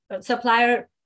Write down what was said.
supplier